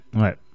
Ouais